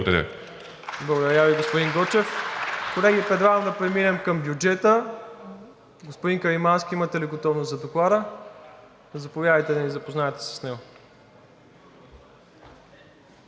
Благодаря Ви, господин Гочев. Колеги, предлагам да преминем към бюджета. Господин Каримански, имате ли готовност за Доклада? Заповядайте да ни запознаете с него.